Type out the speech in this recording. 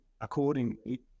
accordingly